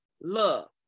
love